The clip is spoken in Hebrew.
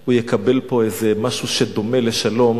הוא יקבל משהו שדומה לשלום,